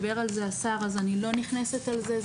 דיבר על זה השר אז אני לא נכנסת לזה,